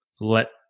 let